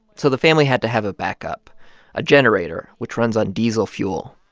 so the family had to have a backup a generator, which runs on diesel fuel.